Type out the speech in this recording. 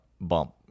bump